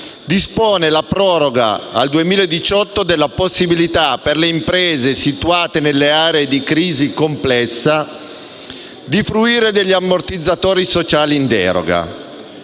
dispone la proroga al 2018 della possibilità per le imprese situate nelle aree di crisi complessa di fruire degli ammortizzatori sociali in deroga.